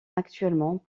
actuellement